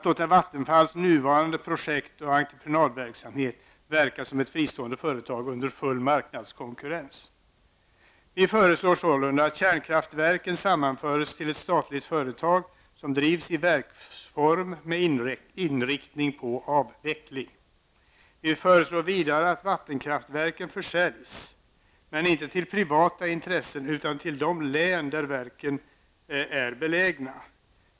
Låta Vattenfalls nuvarande projekt och entreprenadverksamhet verka som ett fristående företag under full marknadskonkurrens. Vi föreslår sålunda att kärnkraftverken sammanförs till ett statligt företag som drivs i verksform med inriktning på avveckling. Vi föreslår vidare att vattenkraftverken försäljs, men inte till privata intressen utan till de län där de är belägna.